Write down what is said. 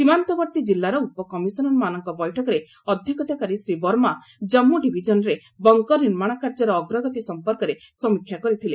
ସୀମାନ୍ତବର୍ତ୍ତୀ କିଲ୍ଲାର ଉପ କମିଶନର୍ମାନଙ୍କ ବୈଠକରେ ଅଧ୍ୟକ୍ଷତା କରି ଶ୍ରୀ ବର୍ମା ଜନ୍ମୁ ଡିଭିଜନ୍ରେ ବଙ୍କର ନିର୍ମାଣ କାର୍ଯ୍ୟର ଅଗ୍ରଗତି ସମ୍ପର୍କରେ ସମୀକ୍ଷା କରିଥିଲେ